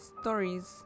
stories